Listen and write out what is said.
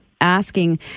asking